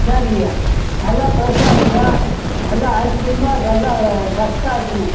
சரிங்கய்யா நல்லா ப்ரஸ்ஸாக இருக்கணும் நல்லா அற்புதமாக நல்லா ரஸ்கா இருக்கணும்